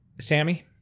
Sammy